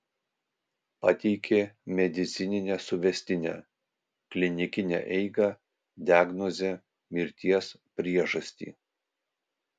pateikė medicininę suvestinę klinikinę eigą diagnozę mirties priežastį